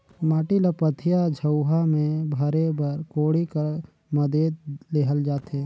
माटी ल पथिया, झउहा मे भरे बर कोड़ी कर मदेत लेहल जाथे